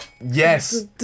yes